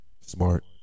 Smart